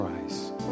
Christ